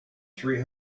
three